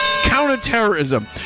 counterterrorism